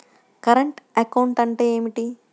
Current account అంటే ఏమిటి?